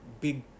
big